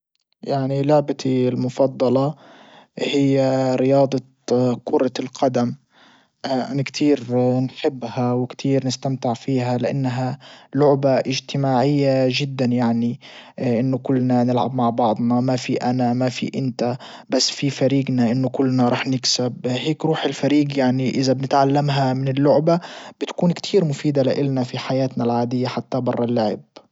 يعني لعبتي المفضلة هي رياضة كرة القدم انا كتير نحبها وكتير نستمتع فيها لانها لعبة اجتماعية جدا يعني انه كلنا نلعب مع بعضنا ما في انا ما في انت بس في فريجنا انه راح نكسب هيك روح الفريج يعني اذا بنتعلمها من اللعبة بتكون كتير مفيدة لالنا في حياتنا العادية حتى برا اللعب.